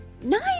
nine